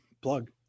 plug